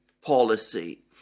policy